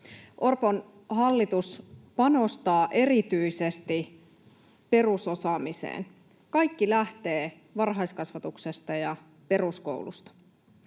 Orpon hallitus panostaa erityisesti perusosaamiseen. Kaikki lähtee varhaiskasvatuksesta ja peruskoulusta.